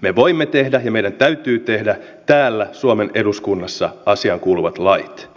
me voimme tehdä ja meidän täytyy tehdä täällä suomen eduskunnassa asiankuuluvat lait